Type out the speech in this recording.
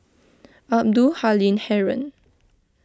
Abdul Halim Haron